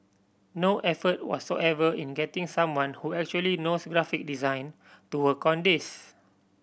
no effort whatsoever in getting someone who actually knows graphic design to work on this